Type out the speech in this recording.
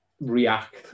react